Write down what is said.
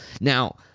Now